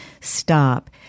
Stop